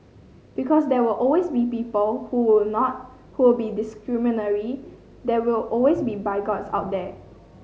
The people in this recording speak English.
because there will always be people who will not who will be discriminatory there will always be bigots out there